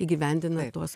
įgyvendina tuos